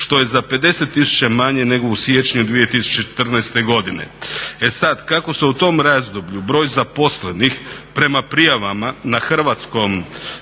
što je za 50 tisuća manje nego u siječnju 2014.godine. E sada kako se u tom razdoblju broj zaposlenih prema prijavama na HZMO